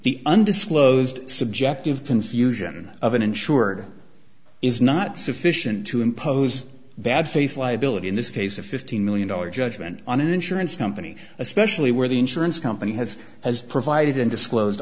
the undisclosed subjective confusion of an insured is not sufficient to impose bad faith liability in this case a fifteen million dollars judgment on an insurance company especially where the insurance company has has provided and disclose